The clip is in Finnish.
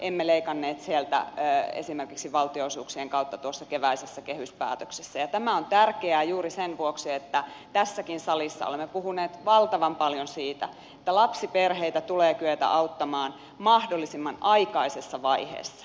emme leikanneet sieltä esimerkiksi valtio osuuksien kautta tuossa keväisessä kehyspäätöksessä ja tämä on tärkeää juuri sen vuoksi että tässäkin salissa olemme puhuneet valtavan paljon siitä että lapsiperheitä tulee kyetä auttamaan mahdollisimman aikaisessa vaiheessa